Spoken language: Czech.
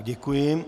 Děkuji.